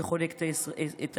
שחונק את האזרחים.